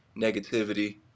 negativity